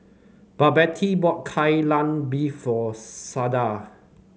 Babette bought Kai Lan Beef for Sada